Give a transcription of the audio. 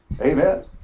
amen